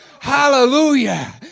hallelujah